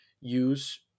use